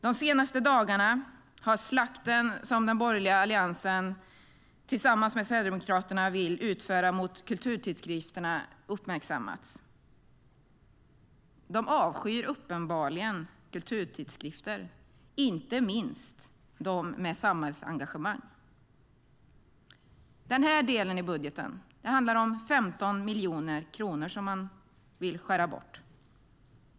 De senaste dagarna har slakten som den borgerliga Alliansen tillsammans med Sverigedemokraterna vill utföra mot kulturtidskrifterna uppmärksammats. De avskyr uppenbarligen kulturtidskrifter, inte minst de med samhällsengagemang. Den här delen i budgeten handlar om 15 miljoner kronor som man vill skära bort.